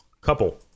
Couple